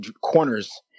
corners